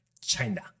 China